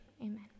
amen